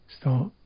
start